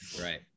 Right